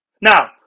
Now